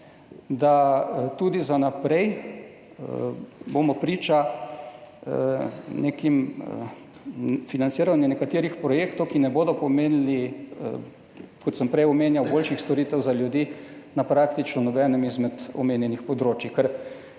tudi za naprej priča financiranju nekaterih projektov, ki ne bodo pomenili, kot sem prej omenjal, boljših storitev za ljudi na praktično nobenem izmed omenjenih področij.